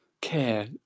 care